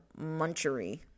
munchery